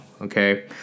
Okay